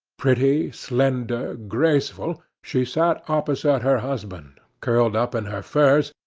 pretty, slender, graceful, she sat opposite her husband, curled up in her furs,